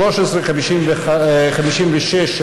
מס' 1356,